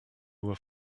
were